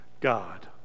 God